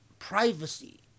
privacy